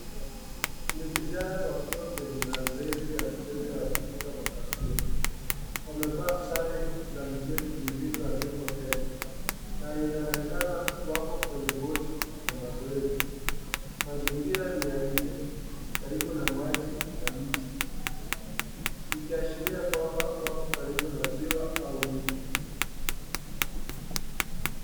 Ni vijana wakiwa kwenye mazoezi ya mchezo ya kuvuta makasia . Wamevaa sare za michezo zilizoandikwa Kenya na inaonekana wako kwenye boti ya mazoezi . Mazingira ni ya nje karibu na maji na mti ikiashiria kwamba wako karibu na ziwa au mto.